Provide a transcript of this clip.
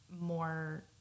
more